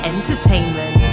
Entertainment